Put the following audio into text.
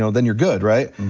you know then you're good, right?